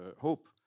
hope